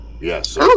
Yes